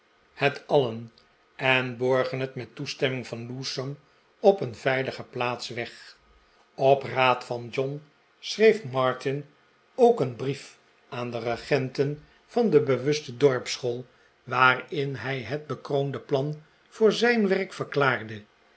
het alien en borgen het met toestemming van lewsome op een veilige plaats weg op raad van john schreef martin ook een brief aan de regenten van de bewuste dorpsschool waarin hij het bekroonde plan voor z ij n werk